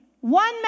one